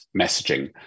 messaging